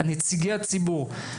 נציגי הציבור,